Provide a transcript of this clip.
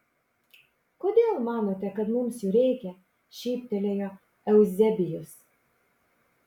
kodėl manote kad mums jų reikia šyptelėjo euzebijus